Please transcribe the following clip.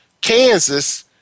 Kansas